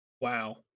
Wow